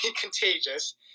contagious